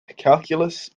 calculus